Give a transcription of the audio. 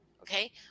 okay